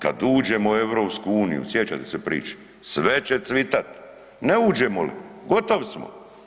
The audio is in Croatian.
Kad uđemo u EU, sjećate se priče, sve će cvjetat, ne uđemo li, gotovi smo.